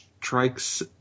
strikes